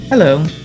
Hello